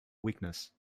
weakness